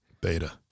Beta